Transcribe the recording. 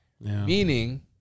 meaning